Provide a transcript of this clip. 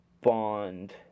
bond